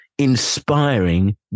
inspiring